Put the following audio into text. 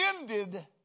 ended